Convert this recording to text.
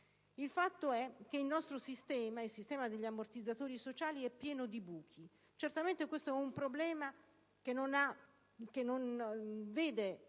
Il fatto è che il nostro sistema degli ammortizzatori sociali è pieno di buchi. Certamente questo è un problema che non vede